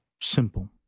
Simple